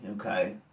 okay